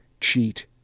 cheat